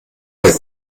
der